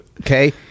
Okay